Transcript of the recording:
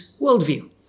worldview